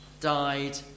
died